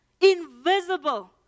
Invisible